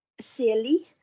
silly